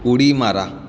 उडी मारा